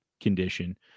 condition